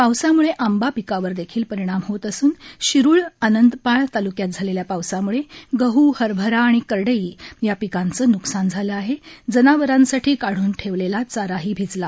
पावसाम्के आंबा पिकावरदेखील परिणाम होत असून शिरुळ आनंतपाळ तालुक्यात झालेल्या पावसामुळे गहू हरभरा आणि करडई या पिकाचं न्कसान झालं असून जनावरांसाठी काढून ठेवलेला चारा भिजला